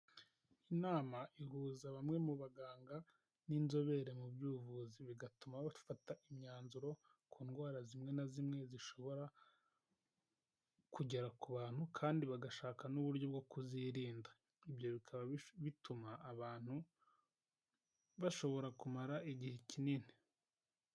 Inama ihuza bamwe mu baganga n'inzobere mu by'ubuvuzi, bigatuma bafata imyanzuro ku ndwara zimwe na zimwe zishobora kugera ku bantu kandi bagashaka n'uburyo bwo kuzirinda, ibyo bikaba bituma abantu bashobora kumara igihe kinini.